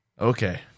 Okay